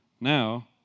Now